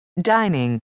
dining